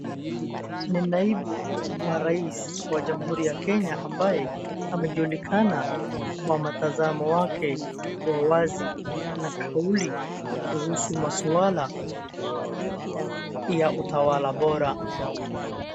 Ni naibu wa rais wa jamhuri ya Kenya ambaye amejionekana kwa matazamo wake wa wazi. Na Kauli kuhusu maswala ya uwala bora.